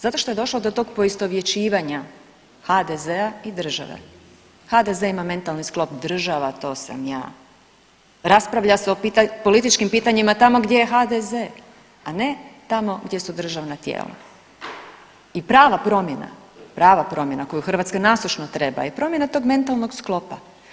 Zato što je došlo do tog poistovjećivanja HDZ-a i države, HDZ ima mentalni skop država to sam ja, raspravlja se o političkim pitanjima tamo gdje je HDZ, a ne tamo gdje su državna tijela i prava promjena, prava promjena koju Hrvatska nasušno treba je promjena tog mentalnog sklopa.